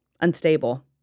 unstable